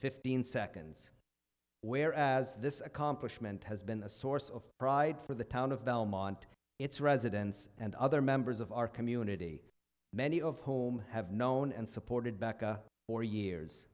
fifteen seconds whereas this accomplishment has been a source of pride for the town of belmont its residents and other members of our community many of whom have known and supported baca for years